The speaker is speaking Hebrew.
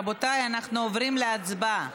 רבותיי, אנחנו עוברים להצבעה.